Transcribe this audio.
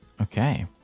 Okay